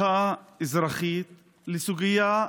מחאה אזרחית לסוגיה,